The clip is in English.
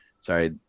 sorry